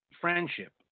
friendship